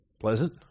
pleasant